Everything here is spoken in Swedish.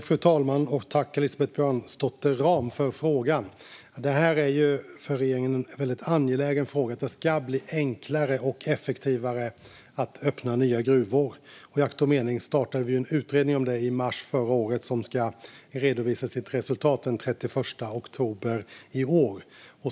Fru talman! Tack, Elisabeth Björnsdotter Rahm, för frågan! För regeringen är det angeläget att det ska vara enklare och effektivare när det gäller att öppna nya gruvor. Vi startade därför en utredning om det i mars förra året. Den ska redovisa sitt resultat den 31 oktober i år.